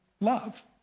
love